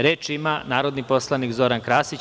Reč ima narodni poslanik Zoran Krasić.